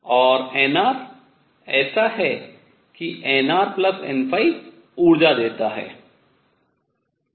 और nr ऐसा है कि nrn ऊर्जा देता है